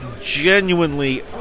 genuinely